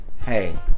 Hey